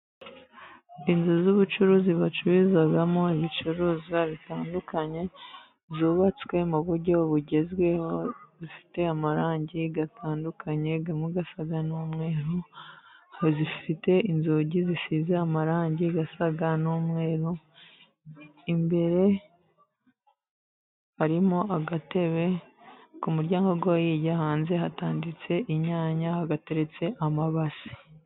Inzu z'ubucuruzi bacururizamo ibicuruzwa bitandukanye zubatswe mu buryo bugezweho zifite amarangi atandukanye mu gasagara n'umweru zifite inzugi zisize amarangi asa n'umweru imbere harimo agatebe ku muryango ujya hanze hatanditse inyanya hateretse amabase.